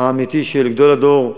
האמיתי של גדול הדור,